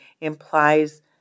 implies